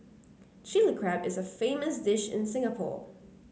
Chilli Crab is a famous dish in Singapore